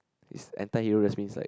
is anti hero that means like